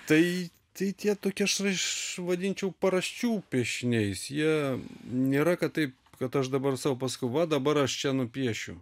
tai tai tie tokie aš vadinčiau paraščių piešiniais jie nėra kad taip kad aš dabar sau pasakau va dabar aš čia nupiešiu